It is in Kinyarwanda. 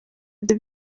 bye